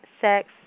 sex